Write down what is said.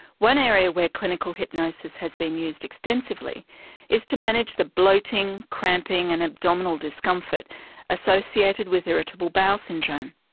one area where clinical hypnosis has been used extensively is to manage the bloating, cramping and abdominal discomfort associated with irritable bowel syndrome.